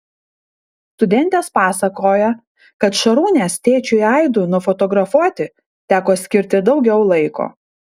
studentės pasakoja kad šarūnės tėčiui aidui nufotografuoti teko skirti daugiau laiko